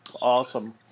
awesome